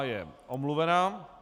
Je omluvena.